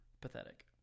pathetic